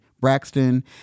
Braxton